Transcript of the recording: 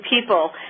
people